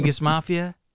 Mafia